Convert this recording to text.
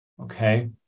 okay